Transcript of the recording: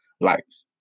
likes